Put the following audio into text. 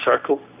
circle